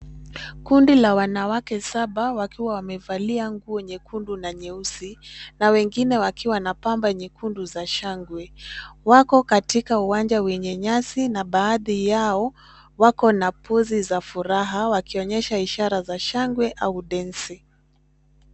Kundi la wanawake saba wakiwa wamevalia nguo nyekundu na nyeusi na wengine wakiwa na pamba nyekundu za shangwe. Wako katika uwanja wenye nyasi na baadhi yao, wako na pozi za furaha wakionyesha ishara za shangwe au densi.